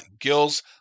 Gills